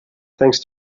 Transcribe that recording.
thanks